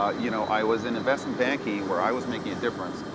um you know i was in investment banking, where i was making a difference,